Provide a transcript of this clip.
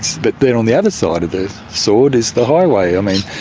but then on the other side of the sword is the highway. i mean,